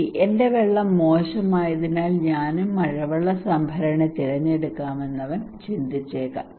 ശരി എന്റെ വെള്ളം മോശമായതിനാൽ ഞാനും മഴവെള്ള സംഭരണി തിരഞ്ഞെടുക്കണമെന്ന് അവൻ ചിന്തിച്ചേക്കാം